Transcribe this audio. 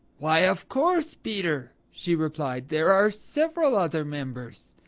why, of course, peter, she replied. there are several other members.